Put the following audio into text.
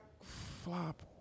flop